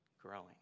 Growing